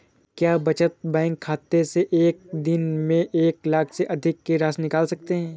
क्या बचत बैंक खाते से एक दिन में एक लाख से अधिक की राशि निकाल सकते हैं?